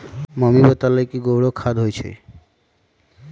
mummy बतअलई कि गोबरो खाद होई छई